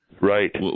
Right